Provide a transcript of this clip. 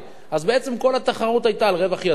אז בעצם כל התחרות היתה על רווח יזמי.